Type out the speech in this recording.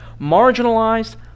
marginalized